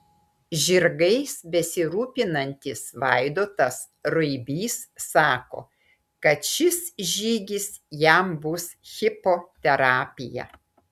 žirgais besirūpinantis vaidotas ruibys sako kad šis žygis jam bus hipoterapija